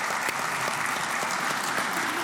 (מחיאות כפיים)